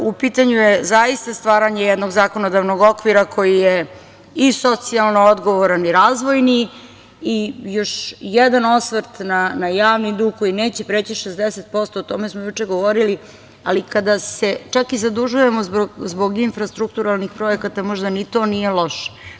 U pitanju je zaista stvaranje jednog zakonodavnog okvira, koji je i socijalno odgovoran i razvojni i još jedan osvrt na javni dug, koji neće preći 60%, o tome smo juče govorili, ali kada se čak i zadužujemo zbog infrastrukturalnih projekata, možda ni to nije loše.